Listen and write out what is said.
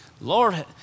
Lord